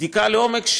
בדיקה לעומק,